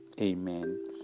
amen